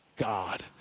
God